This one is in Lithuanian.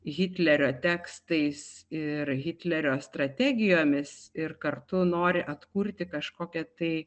hitlerio tekstais ir hitlerio strategijomis ir kartu nori atkurti kažkokią tai